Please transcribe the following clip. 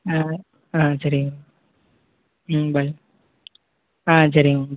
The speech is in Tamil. ஆ ஆ சரிங்க மேம் ம் பாய் ஆ சரிங்க மேம்